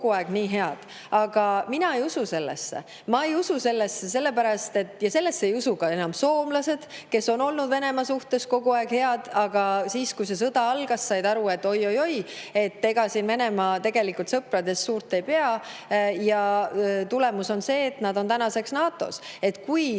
Aga mina ei usu sellesse. Ma ei usu sellesse ja sellesse ei usu enam ka soomlased, kes on olnud Venemaa suhtes kogu aeg head, aga siis, kui see sõda algas, said nad aru, et oi-oi-oi, ega Venemaa tegelikult sõpradest suurt ei pea. Ja tulemus on see, et nad on tänaseks NATO-s. Kui